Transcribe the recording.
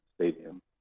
Stadium